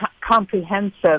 comprehensive